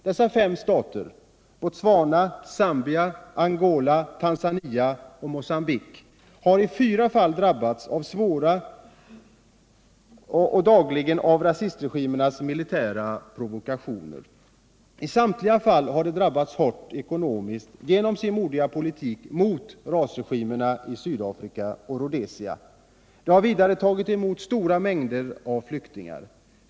Dessa fem stater — Botswana, Zambia, Angola, Tanzania och Mogambique — drabbas i fyra fall dagligen av rasistregimernas militära provokationer. I samtliga fall har de drabbats hårt ekonomiskt genom sin modiga politik mot rasistregimerna i Sydafrika och Rhodesia. De har vidare tagit emot stora mängder flyktingar.